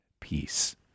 peace